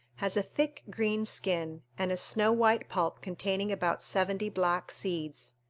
has a thick green skin, and a snow-white pulp containing about seventy black seeds.